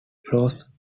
flows